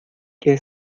que